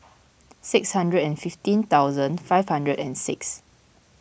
six hundred and fifteen thousand five hundred and six